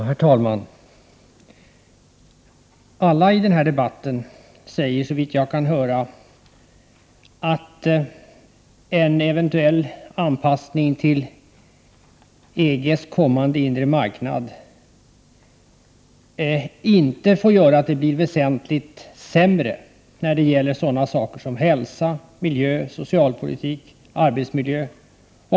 Herr talman! Alla i denna debatt säger — såvitt jag har kunnat höra—-atten 6 juni 1989 eventuell anpassning till EG:s kommande inre marknad inte får medföra att det blir väsentliga försämringar när det gäller sådana områden som hälsa, miljö, socialpolitik och arbetsmiljö.